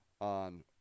on